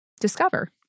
discover